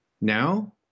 Now